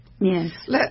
Yes